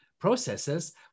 processes